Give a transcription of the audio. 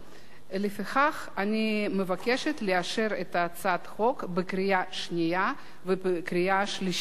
ולפיכך אני מבקשת לאשר את הצעת החוק בקריאה שנייה ובקריאה שלישית.